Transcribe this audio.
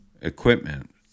equipment